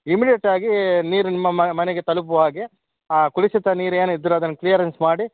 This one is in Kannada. ಇಮಿಡೇಟ್ ಆ ನೀರು ನಿಮ್ಮ ಮನೆಗೆ ತಲುಪುವ ಹಾಗೆ ಆ ಕಲುಶಿತ ನೀರು ಏನು ಇದ್ರೆ ಅದನ್ನು ಕ್ಲಿಯರೆನ್ಸ್ ಮಾಡಿ